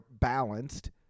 balanced